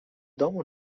domu